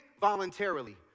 voluntarily